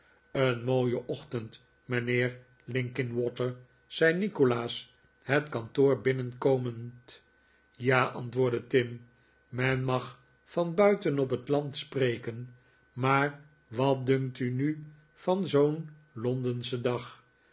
een mooie ochtend mijnheer linkinwater zei nikolaas het kantoor binnenkomend ja antwoordde tim men mag van buiten op het land spreken maar wat dunkt u nu van zoo'n londenschen dag